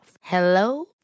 Hello